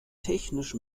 technisch